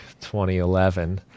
2011